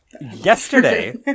yesterday